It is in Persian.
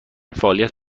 فعالیت